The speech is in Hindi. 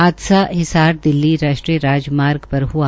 हादसाहिसार दिल्ली राष्ट्रीय राजमार्ग पर हुआ